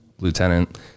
lieutenant